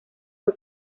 fue